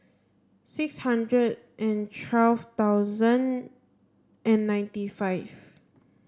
six hundred and twelve thousand and ninety five